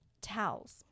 towels